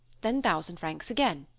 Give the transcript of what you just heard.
then thousand francs again.